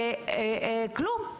כלום,